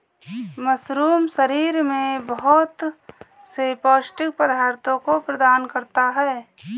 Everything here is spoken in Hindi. मशरूम शरीर में बहुत से पौष्टिक पदार्थों को प्रदान करता है